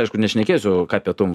aišku nešnekėsiu ką pietum